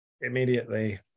immediately